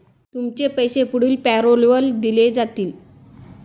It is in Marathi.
तुमचे पैसे पुढील पॅरोलवर दिले जातील